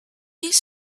his